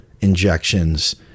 injections